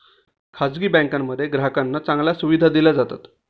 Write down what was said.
खासगी बँकांमध्ये ग्राहकांना चांगल्या सुविधा दिल्या जातात